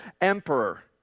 emperor